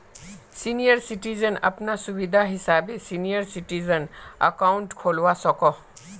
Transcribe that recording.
senior citizen अपना सुविधा हिसाबे सीनियर सिटीजन अकाउंट खोलवा सकोह